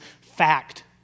fact